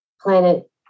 planet